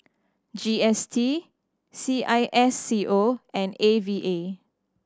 G S T C I S C O and A V A